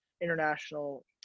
international